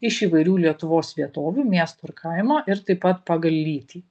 iš įvairių lietuvos vietovių miesto ir kaimo ir taip pat pagal lytį